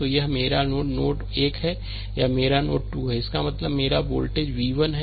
तो यह मेरा नोड 1 है यह मेरा नोड 2 है इसका मतलब है मेरा यह वोल्टेज v 1 है